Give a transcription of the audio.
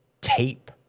tape